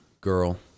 girl